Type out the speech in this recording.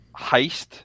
heist